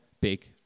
big